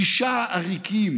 שישה עריקים